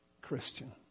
Christian